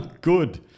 Good